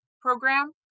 program